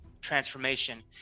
transformation